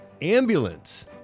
Ambulance